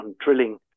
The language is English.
drilling